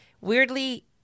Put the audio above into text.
weirdly